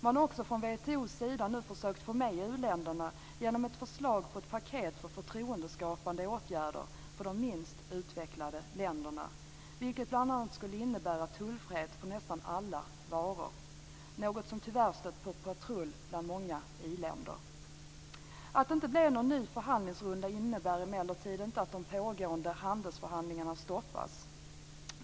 Man har också från WTO:s sida nu försökt få med u-länderna genom ett förslag på ett paket för förtroendeskapande åtgärder för de minst utvecklade länderna, vilket bl.a. skulle innebära tullfrihet för nästan alla varor, något som tyvärr stött på patrull bland många i-länder. Att det inte blev någon ny förhandlingsrunda innebär emellertid inte att de pågående handelsförhandlingarna stoppas.